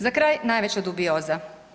Za kraj najveća dubioza.